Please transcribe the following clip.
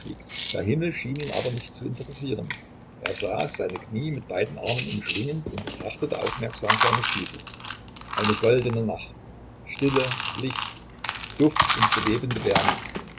der himmel schien ihn aber nicht zu interessieren er saß seine knie mit beiden armen umschlingend und betrachtete aufmerksam seine stiefel eine goldene nacht stille licht duft und belebende wärme